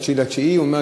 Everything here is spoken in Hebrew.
9 בספטמבר,